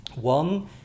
One